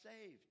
saved